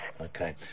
Okay